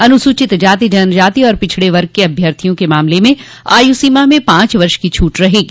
अनुसूचित जाति जनजाति और अन्य पिछड़े वग के अभ्यर्थियों के मामले में आयु सीमा में पांच वर्ष की छूट रहेगी